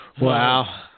Wow